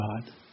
God